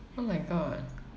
oh my god